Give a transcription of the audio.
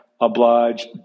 oblige